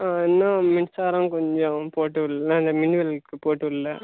இன்னும் மின்சாரம் கொஞ்சம் போட்டுவிட்ல அந்த மின்வெளக்கு போட்டுவிட்ல